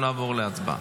נעבור לבקשות